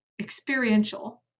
experiential